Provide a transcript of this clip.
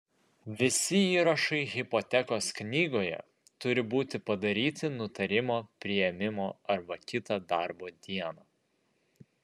visi įrašai hipotekos knygoje turi būti padaryti nutarimo priėmimo arba kitą darbo dieną